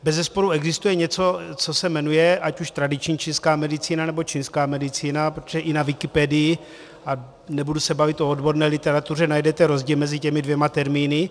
Bezesporu existuje něco, co se jmenuje ať už tradiční čínská medicína, nebo čínská medicína, protože i na Wikipedii, a nebudu se bavit o odborné literatuře, najdete rozdíl mezi těmi dvěma termíny.